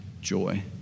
joy